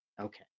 Okay